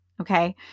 Okay